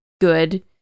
good